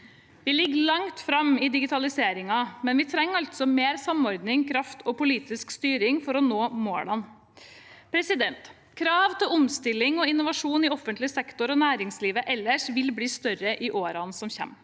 Vi ligger langt fremme i digitaliseringen, men vi trenger altså mer samordning, kraft og politisk styring for å nå målene. Krav til omstilling og innovasjon i offentlig sektor og næringslivet ellers vil bli større i årene som kommer.